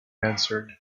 answered